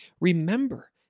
Remember